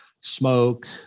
smoke